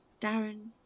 Darren